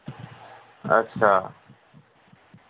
अच्छा